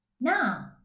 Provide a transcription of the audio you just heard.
Now